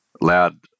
Loud